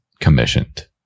commissioned